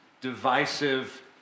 divisive